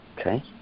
Okay